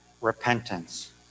repentance